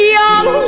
young